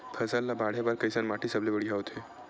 फसल ला बाढ़े बर कैसन माटी सबले बढ़िया होथे?